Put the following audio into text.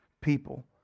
people